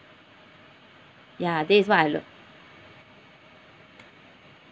ya this is what I